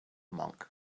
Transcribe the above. monk